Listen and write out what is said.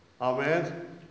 Amen